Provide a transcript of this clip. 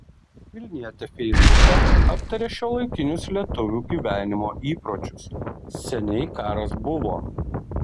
vilnietė feisbuke aptarė šiuolaikinius lietuvių gyvenimo įpročius seniai karas buvo